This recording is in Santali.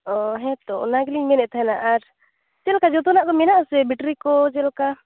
ᱚ ᱦᱮᱸ ᱛᱳ ᱚᱱᱟ ᱜᱮᱞᱤᱧ ᱢᱮᱱᱮᱫ ᱛᱟᱦᱮᱱᱟ ᱟᱨ ᱪᱮᱫ ᱞᱮᱠᱟ ᱡᱚᱛᱚᱱᱟᱜ ᱠᱚ ᱢᱮᱱᱟᱜ ᱟᱥᱮ ᱵᱤᱴᱨᱤ ᱠᱚ ᱪᱮᱫ ᱞᱮᱠᱟ